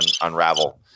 unravel